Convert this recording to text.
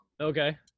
Okay